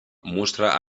muestra